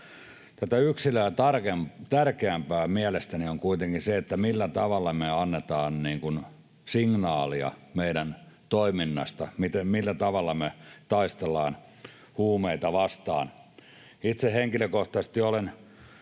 tätä yksilöä tärkeämpää mielestäni on kuitenkin se, millä tavalla me annetaan signaalia meidän toiminnasta, millä tavalla me taistellaan huumeita vastaan. Itse henkilökohtaisesti olen